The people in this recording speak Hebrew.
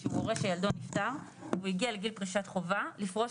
שהוא הורה שילדו נפטר והוא הגיע לגיל פרישת חובה לפרוש